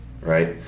Right